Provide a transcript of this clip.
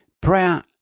Prayer